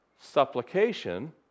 Supplication